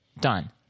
Done